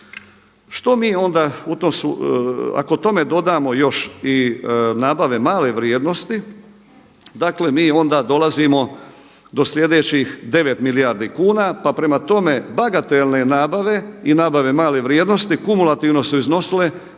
Što mi onda u tom, ako tome dodamo još i nabave male vrijednosti dakle mi onda dolazimo do slijedećih 9 milijardi kuna pa prema tome bagatelne nabave i nabave male vrijednosti kumulativno su iznosile